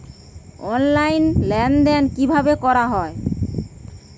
Online লেনদেন কিভাবে করা হয়?